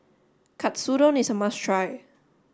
Katsudon is a must try